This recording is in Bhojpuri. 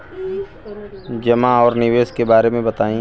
जमा और निवेश के बारे मे बतायी?